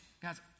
Guys